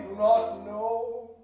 not know.